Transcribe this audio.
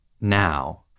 now